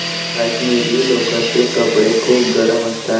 काश्मिरी लोकरचे कपडे खूप गरम असतात